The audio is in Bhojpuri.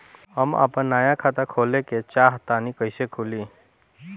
हम आपन नया खाता खोले के चाह तानि कइसे खुलि?